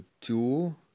Two